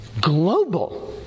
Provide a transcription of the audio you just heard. global